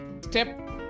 step